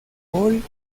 paul